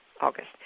august